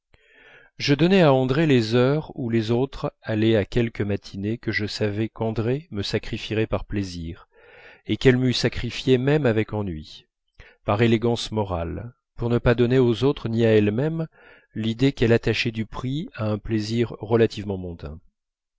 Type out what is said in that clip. je donnais à andrée les heures où les autres allaient à quelque matinée que je savais qu'andrée me sacrifierait par plaisir et qu'elle m'eût sacrifiées même avec ennui par élégance morale pour ne pas donner aux autres ni à elle-même l'idée qu'elle attachait du prix à un plaisir relativement mondain